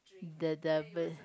the the birds